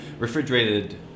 refrigerated